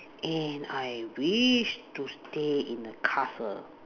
and I wish to stay in a castle